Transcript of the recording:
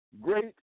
Great